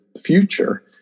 future